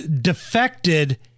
defected